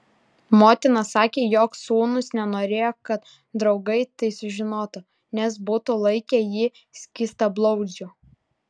motina sakė jog sūnus nenorėjo kad draugai tai sužinotų nes būtų laikę jį skystablauzdžiu